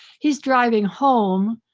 he's driving home,